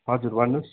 हजुर भन्नुहोस्